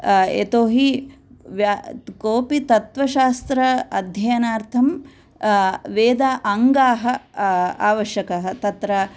यतोहि व्या कोऽपि तत्त्वशास्त्र अध्ययनार्थं वेदाङ्गानि आवश्यकानि तत्र